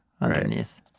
underneath